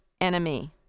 enemy